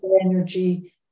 energy